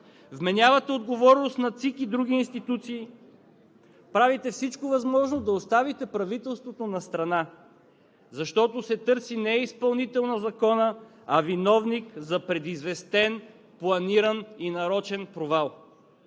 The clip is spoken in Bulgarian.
Вменявате отговорност на ЦИК и други институции, правите всичко възможно да оставите правителството настрана, защото се търси не изпълнител на Закона, а виновник за предизвестен, планиран и нарочен провал.